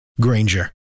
Granger